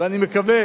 מקווה